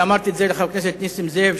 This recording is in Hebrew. ואמרתי את זה לחבר הכנסת נסים זאב,